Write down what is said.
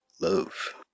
love